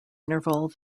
interval